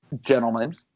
gentlemen